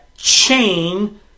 chain